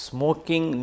Smoking